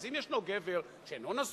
אז אם יש גבר שאינו נשוי,